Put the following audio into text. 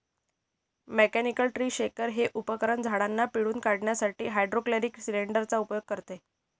mechanical tree shaker हे उपकरण झाडांना पिळून काढण्यासाठी हायड्रोलिक सिलेंडर चा उपयोग करते